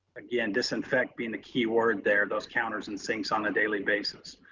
again, disinfect being the key word there, those counters and sinks on a daily basis.